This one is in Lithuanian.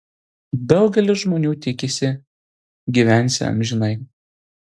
daugelis žmonių tikisi gyvensią amžinai